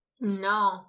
No